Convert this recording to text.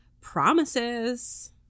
Promises